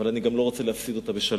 אבל אני גם לא רוצה להפסיד אותה בשלום.